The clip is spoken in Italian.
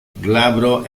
glabro